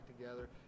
together